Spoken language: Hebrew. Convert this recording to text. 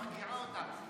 מרגיעה אותה,